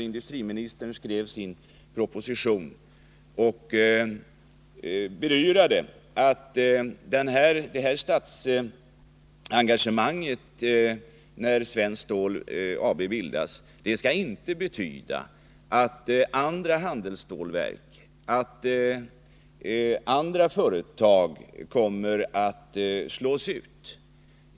Industriministern bedyrade i sin proposition att det statliga engagemanget i bildandet av Svenskt Stål AB inte skulle betyda att andra företag, t.ex. på handelsstålsområdet, skulle komma att slås ut.